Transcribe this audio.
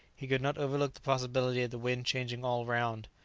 he could not overlook the possibility of the wind changing all round.